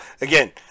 again